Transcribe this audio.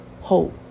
hope